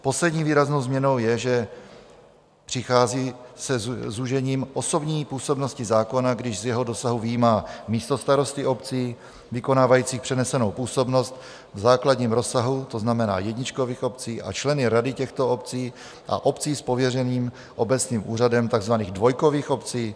Poslední výraznou změnou je, že přichází se zúžením osobní působnosti zákona, když z jeho dosahu vyjímá místostarosty obcí, vykonávající přenesenou působnost v základním rozsahu, to znamená jedničkových obcí, a členy rady těchto obcí, a obcí s pověřeným obecním úřadem, takzvaných dvojkových obcí.